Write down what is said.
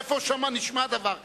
איפה נשמע דבר כזה?